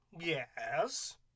Yes